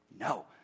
No